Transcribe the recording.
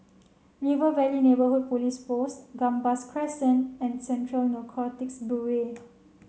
River Valley Neighbourhood Police Post Gambas Crescent and Central Narcotics Bureau